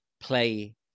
play